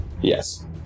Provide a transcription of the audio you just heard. Yes